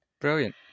Brilliant